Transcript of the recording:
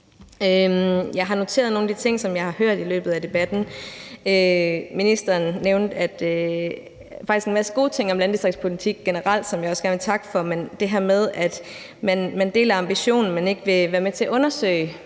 Jeg har noteret nogle af de ting, som jeg har hørt i løbet af debatten. Ministeren nævnte faktisk også en masse gode ting om landdistriktspolitik generelt, som jeg også gerne vil takke for, men der er også det med, at man deler ambitionen, men at man ikke vil være med til at undersøge,